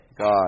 God